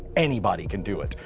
anybody can do it.